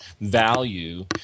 value